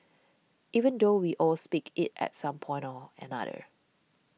even though we all speak it at some point or another